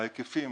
ההיקפים